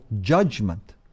judgment